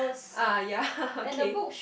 ah ya okay